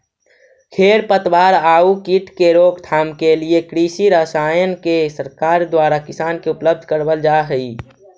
खेर पतवार आउ कीट के रोकथाम के लिए कृषि रसायन के सरकार द्वारा किसान के उपलब्ध करवल जा हई